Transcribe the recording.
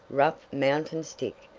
rough, mountain stick,